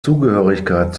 zugehörigkeit